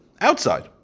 outside